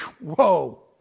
whoa